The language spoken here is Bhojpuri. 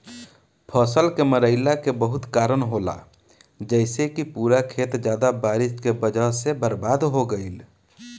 फसल के मरईला के बहुत कारन होला जइसे कि पूरा खेत ज्यादा बारिश के वजह से बर्बाद हो गईल